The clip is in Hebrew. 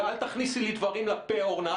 ואל תכניסי לי דברים לפה, אורנה.